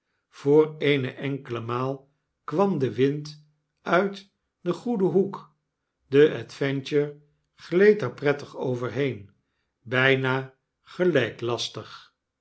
voor eene enkele maal kwam de wind uit den goeden hoek de adventure gleed er prettig overheen byna gelyklastig